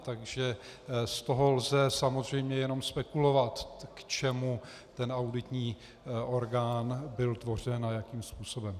Takže z toho lze samozřejmě jenom spekulovat, k čemu ten auditní orgán byl tvořen a jakým způsobem.